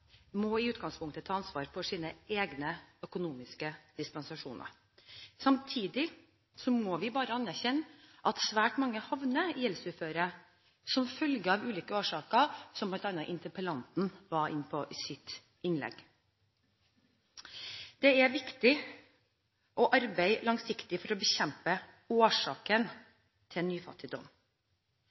må i utgangspunktet ta ansvar for sine egne økonomiske disposisjoner. Samtidig må vi bare anerkjenne at svært mange havner i et gjeldsuføre av ulike årsaker, som bl.a. interpellanten var inne på i sitt innlegg. Det er viktig å arbeide langsiktig for å bekjempe årsaken til nyfattigdom.